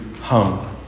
home